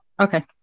Okay